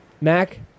Mac